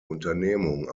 unternehmung